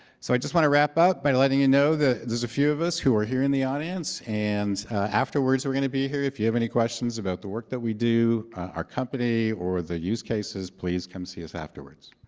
so i just want to wrap up by letting you know that there's a few of us who are here in the audience. and afterwards, we're going to be here. if you have any questions about the work that we do, our company, or the use cases, please come see us afterwards.